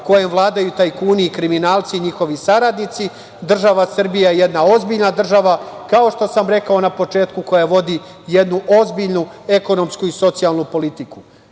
kojom vladaju tajkuni i kriminalci i njihovi saradnici, država Srbija je jedna ozbiljna država, kao što sam rekao na početku, koja vodi jednu ozbiljnu ekonomsku i socijalnu politiku. Vama,